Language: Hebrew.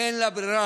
אין לה ברירה,